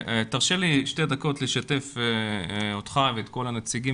תרשה לי שתי דקות לשתף אותך ואת כל הנציגים